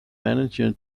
manager